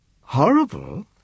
Horrible